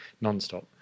non-stop